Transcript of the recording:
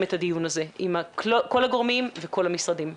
את הדיון הזה עם כל הגורמים וכל המשרדים.